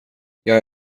jag